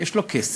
יש לו כסף,